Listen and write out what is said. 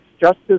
justice